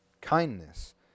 kindness